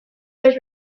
was